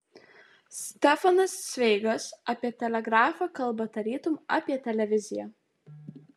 stefanas cveigas apie telegrafą kalba tarytum apie televiziją